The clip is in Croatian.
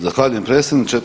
Zahvaljujem predsjedniče.